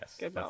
Yes